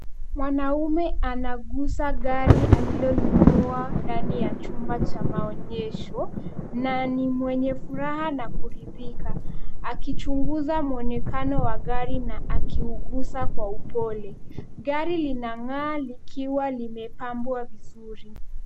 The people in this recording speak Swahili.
Mwanamume anagusa gari alilonunua ndani ya chumba cha maonyesho na ni mwenye furaha na kuridhika. Akichunguza mwonekano wa gari na akiugusa kwa upole, gari linang'aa likiwa limepambwa vizuri.